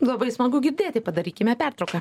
labai smagu girdėti padarykime pertrauką